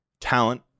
talent